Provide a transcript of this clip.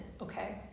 okay